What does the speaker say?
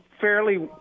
fairly